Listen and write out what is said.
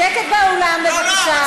שקט באולם בבקשה.